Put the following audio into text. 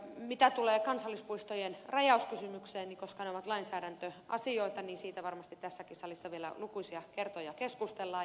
mitä tulee kansallispuistojen rajauskysymykseen niin koska ne ovat lainsäädäntöasioita siitä varmasti tässäkin salissa vielä lukuisia kertoja keskustellaan